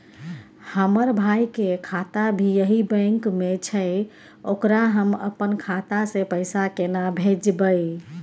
हमर भाई के खाता भी यही बैंक में छै ओकरा हम अपन खाता से पैसा केना भेजबै?